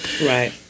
Right